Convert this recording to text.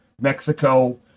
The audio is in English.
Mexico